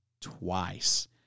twice